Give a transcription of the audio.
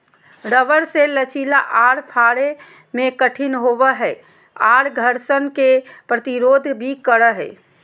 rubber मे लचीला आर फाड़े मे कठिन होवो हय आर घर्षण के प्रतिरोध भी करो हय